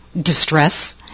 distress